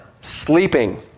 sleeping